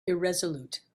irresolute